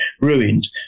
ruined